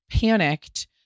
panicked